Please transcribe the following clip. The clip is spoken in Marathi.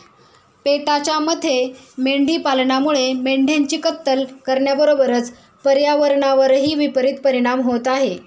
पेटाच्या मते मेंढी पालनामुळे मेंढ्यांची कत्तल करण्याबरोबरच पर्यावरणावरही विपरित परिणाम होत आहे